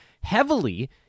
Heavily